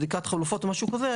בדיקת חלופות או משהו כזה,